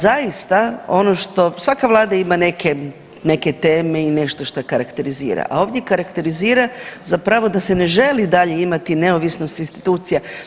Zaista ono što svaka vlada ima neke teme i nešto što karakterizira, a ovdje karakterizira zapravo da se ne želi dalje imati neovisnost institucija.